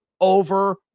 over